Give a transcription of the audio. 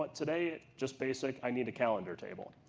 but today, just basic. i need a calendar table,